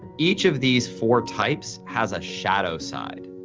each of these four types has a shadow side.